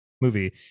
movie